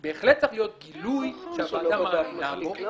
אני רוצה שהכוונה הזאת של הוועדה תבוא לידי ביטוי בחוק עצמו,